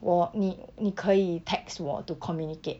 我你你可以 text 我 to communicate